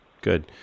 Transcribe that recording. Good